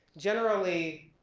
generally,